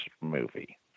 movie